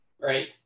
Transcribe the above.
right